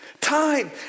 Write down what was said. Time